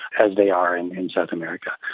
as they are in in south america.